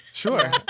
Sure